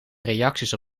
reacties